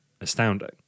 astounding